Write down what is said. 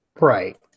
Right